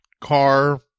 car